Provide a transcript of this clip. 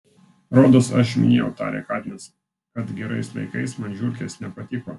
rodos aš minėjau tarė katinas kad gerais laikais man žiurkės nepatiko